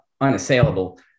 unassailable